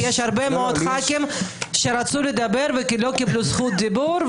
כי יש הרבה מאוד ח"כים שרצו לדבר ולא קיבלו זכות דיבור,